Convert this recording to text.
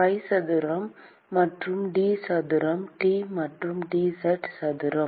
phi சதுரம் மற்றும் d சதுரம் T மற்றும் dz சதுரம்